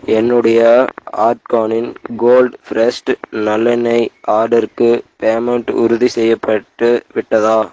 என்னுடைய ஆர்கானின் cold pressed நல்லெண்ணெய் ஆர்டருக்கு பேமெண்ட் உறுதிசெய்யப்பட்டு விட்டதா